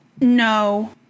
No